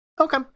Okay